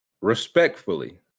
Respectfully